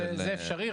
זה אפשרי,